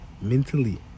Mentally